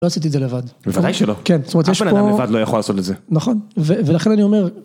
לא עשיתי את זה לבד. בוודאי שלא. כן, זאת אומרת אף אחד אדם לבד לא יכול לעשות את זה. נכון, ולכן אני אומר.